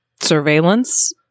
surveillance